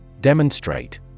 Demonstrate